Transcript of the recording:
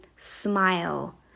Smile